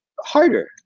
harder